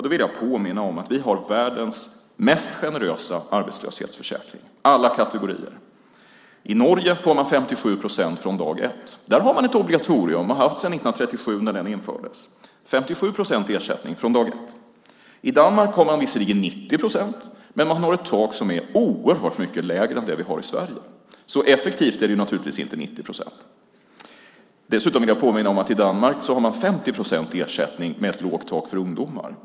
Då vill jag påminna om att vi har världens generösaste arbetslöshetsförsäkring. I Norge får man 57 procent från dag ett. Där har man ett obligatorium sedan 1937. I Danmark får man visserligen 90 procent, men man har ett tak som är oerhört mycket lägre än det vi har i Sverige. Effektivt är det naturligtvis inte 90 procent. Dessutom vill jag påminna om att man i Danmark har 50 procents ersättning med lågt tak för ungdomar.